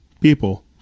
People